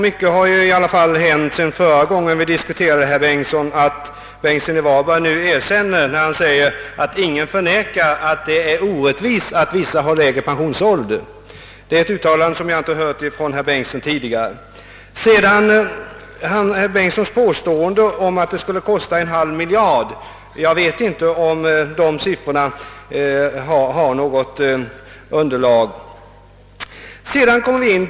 Herr talman! Sedan förra gången vi diskuterade denna fråga har ändå så mycket hänt att herr Bengtsson i Varberg nu erkänner orättvisan i att en del människor har lägre pensionsålder än andra. Det är ett uttalande som jag inte har hört herr Bengtsson göra tidigare. Det skulle kosta en halv miljard att genomföra motionärernas förslag, säger herr Bengtsson. Ja, jag vet inte om det finns något faktiskt underlag för den uppgiften.